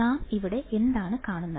നാം ഇവിടെ എന്താണ് കാണുന്നത്